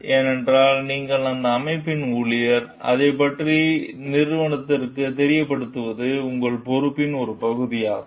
ஏனென்றால் நீங்கள் அந்த அமைப்பின் ஊழியர் அதைப் பற்றி நிறுவனத்திற்குத் தெரியப்படுத்துவது உங்கள் பொறுப்பின் ஒரு பகுதியாகும்